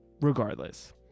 regardless